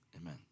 amen